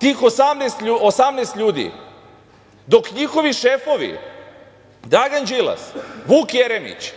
tih 18 ljudi? Dok njihovi šefovi Dragan Đilas, Vuk Jeremić,